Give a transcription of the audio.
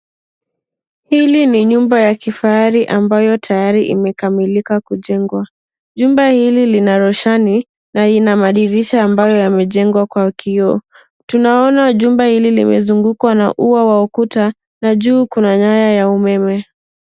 Hili ni nyumba ya kifahari ambayo tayari imekamilika kujengwa. Jumba hili lina roshani na ina madirisha ambayo yamejengwa kwa kioo. Tunaona jumba hili limezungukwa na ua wa ukuta na juu kuna nyaya ya umeme.